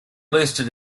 listed